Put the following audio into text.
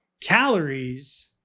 calories